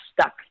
stuck